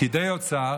פקידי אוצר